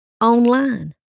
online